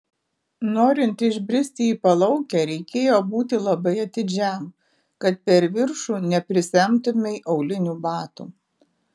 norint išbristi į palaukę reikėjo būti labai atidžiam kad per viršų neprisemtumei aulinių batų